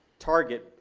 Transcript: target,